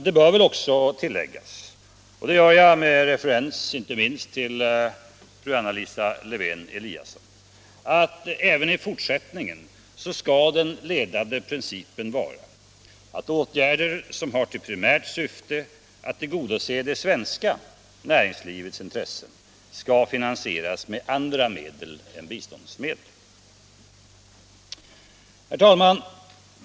Det bör tilläggas — och det gör jag med referens inte minst till fru Anna Lisa Lewén-Eliasson — att även i fortsättningen skall den ledande principen vara att åtgärder som har till primärt syfte att tillgodose det svenska näringslivets intressen bör finansieras med andra medel än biståndsmedel. Herr talman!